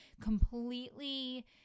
completely